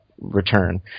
return